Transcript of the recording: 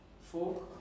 Four